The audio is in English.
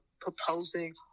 proposing